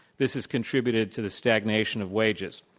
this has contributed to the stagnation of wages.